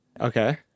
Okay